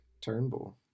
Turnbull